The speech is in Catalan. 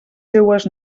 seues